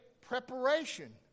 preparation